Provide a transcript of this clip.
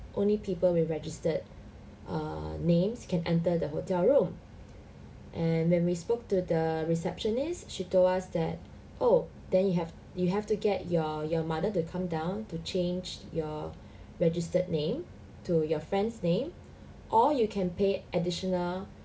only people with registered err names can enter the hotel room and when we spoke to the receptionist she told us that oh then you have you have to get your your mother to come down to change your registered name to your friend's name or you can pay additional